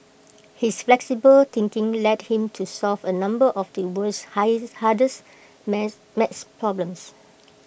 his flexible thinking led him to solve A number of the world's hardest maths maths problems